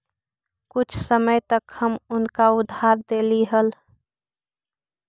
कुछ समय तक हम उनका उधार देली हल